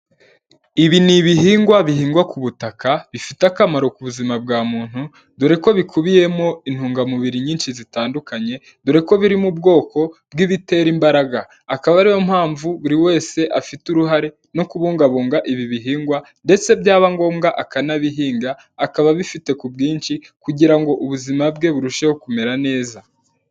Ibi ni ibihingwa bihingwa ku butaka, bifite akamaro ku buzima bwa muntu, dore ko bikubiyemo intungamubiri nyinshi zitandukanye, dore ko biri mu bwoko bw'ibitera imbaraga, akaba ariyo mpamvu buri wese afite uruhare no kubungabunga ibi bihingwa ndetse byaba ngombwa akanabihinga, akaba abifite ku bwinshi kugira ngo ubuzima bwe burusheho kumera neza.